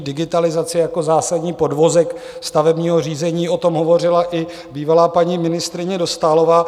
Digitalizace jako zásadní podvozek stavebního řízení, o tom hovořila i bývalá paní ministryně Dostálová.